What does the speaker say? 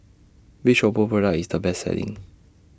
Which Oppo Product IS The Best Selling